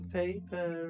paper